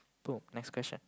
boom next question